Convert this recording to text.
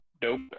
dope